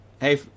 Hey